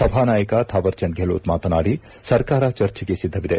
ಸಭಾನಾಯಕ ಥಾವರ್ಚಂದ್ ಗೆಹ್ಲೋಟ್ ಮಾತನಾಡಿ ಸರ್ಕಾರ ಚರ್ಚೆಗೆ ಸಿದ್ಧವಿದೆ